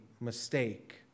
mistake